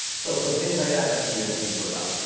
so so, things like that, but it didn't really work out.